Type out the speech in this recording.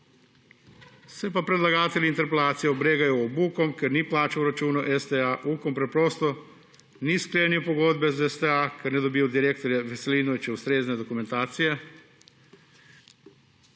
Se pa predlagatelji interpelacije obregajo ob Ukom, ker ni plačal računa STA. Ukom preprosto ni sklenil pogodbe s STA, ker ne dobijo od direktorja Veselinoviča ustrezne dokumentacije.